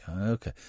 Okay